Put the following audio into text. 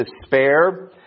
despair